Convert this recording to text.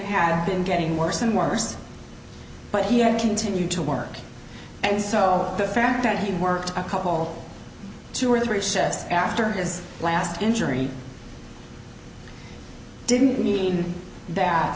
had been getting worse and worse but he had continued to work and so the fact that he worked a couple two or three sets after his last injury didn't mean